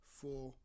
four